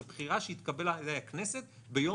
זה בחירה שהתקבלה על ידי הכנסת ביום בחירת הממשלה.